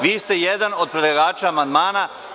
Vi ste jedan od predlagača amandmana.